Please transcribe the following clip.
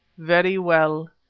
very well,